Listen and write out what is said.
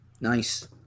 nice